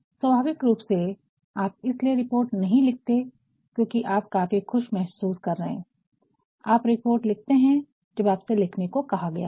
स्वाभाविक रूप से आप इसलिए रिपोर्ट नहीं लिखते है क्योंकि आप काफी खुश महसूस कर रहे है आप रिपोर्ट लिखते है जब आपसे लिखने को कहा गया हो